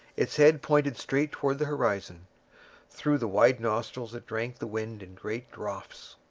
its head pointed straight towards the horizon through the wide nostrils it drank the wind in great draughts.